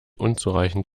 unzureichend